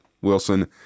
Wilson